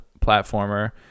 platformer